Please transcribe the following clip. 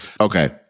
Okay